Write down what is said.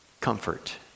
comfort